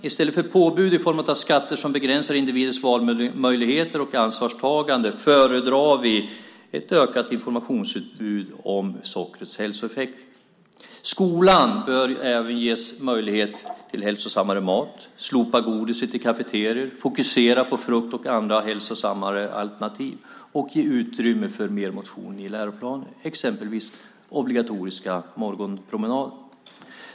I stället för påbud i form av skatter som begränsar individens valmöjligheter och ansvarstagande föredrar vi ett ökat informationsutbud om sockrets hälsoeffekter. Skolan bör ges möjligheter att servera hälsosammare mat. Godiset bör slopas i kafeteriorna. Man måste fokusera på frukt och andra hälsosamma alternativ och ge utrymme för mer motion i läroplanen, exempelvis i form av obligatoriska morgonpromenader.